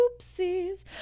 oopsies